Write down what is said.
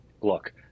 look